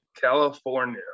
california